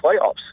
playoffs